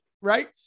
Right